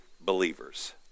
believers